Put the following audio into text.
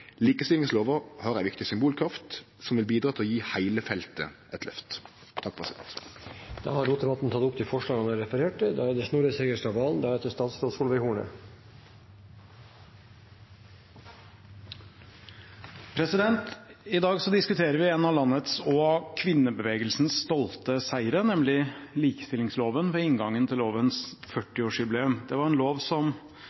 Likestillingslova har ei viktig symbolkraft som vil bidra til å gje heile feltet eit løft. Representanten Sveinung Rotevatn har tatt opp de forslagene han refererte til. I dag diskuterer vi en av landets og kvinnebevegelsens stolte seire, nemlig likestillingsloven, ved inngangen til lovens